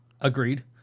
agreed